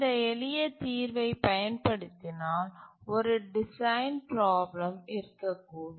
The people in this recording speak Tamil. இந்த எளிய தீர்வைப் பயன்படுத்தினால் ஒரு டிசைன் ப்ராப்ளம் இருக்கக்கூடும்